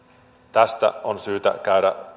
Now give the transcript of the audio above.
tästä on syytä käydä